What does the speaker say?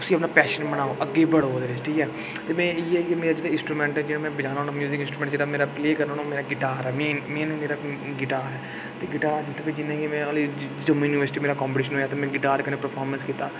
उस्सी अपना पैशन बनाओ अग्गे बधो ओह्दे बिच ठीक ऐ में इ'यै इ'यै इंसट्रूमैंट जेह्ड़ा में बजान्ना होन्नां म्यूजिक इंसट्रूमैंट जेह्ड़ा में प्लेऽ करना होन्ना ओह् मेरा गिटार ऐ मीं मेरा गिटार ऐ ते गिटार बिच जिन्ने बी में जम्मू यूनिवर्सिटी मेरा कम्पीटिशन होआ में गिटार कन्नै परफारमैंस कीता